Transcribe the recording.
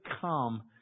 come